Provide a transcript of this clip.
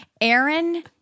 Aaron